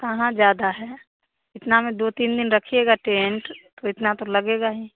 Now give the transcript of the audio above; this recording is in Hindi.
कहाँ ज़्यादा है इतना में दो तीन दिन रखिएगा टेंट तो इतना तो लगेगा हीं